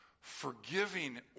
Forgiving